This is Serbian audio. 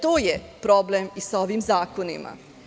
To je problem i sa ovim zakonima.